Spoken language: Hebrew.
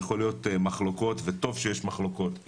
יכולות להיות מחלוקות וטוב שיש מחלוקות,